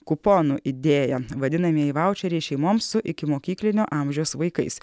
kuponų idėja vadinamieji vaučeriai šeimoms su ikimokyklinio amžiaus vaikais